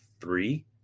three